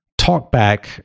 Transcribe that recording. talkback